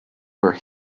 for